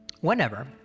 whenever